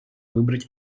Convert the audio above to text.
выбрать